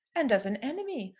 and as an enemy.